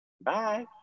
Bye